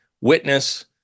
Witness